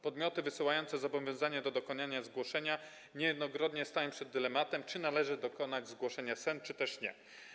Podmioty wysyłające zobowiązania do dokonania zgłoszenia niejednokrotnie stają przed dylematem, czy należy dokonać zgłoszenia SENT, czy też nie.